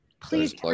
Please